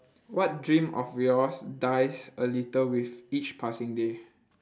what dream of yours dies a little with each passing day